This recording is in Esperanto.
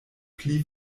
pli